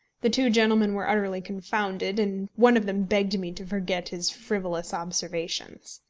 the two gentlemen were utterly confounded, and one of them begged me to forget his frivolous observations.